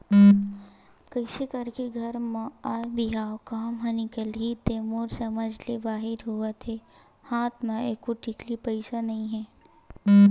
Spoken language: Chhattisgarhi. कइसे करके घर म आय बिहाव काम ह निकलही ते मोर समझ ले बाहिर होवत हे हात म एको टिकली पइसा नइ हे